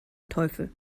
teufel